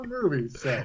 movies